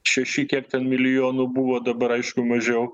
šeši kiek ten milijonų buvo dabar aišku mažiau